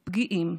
פגיעים,